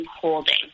holding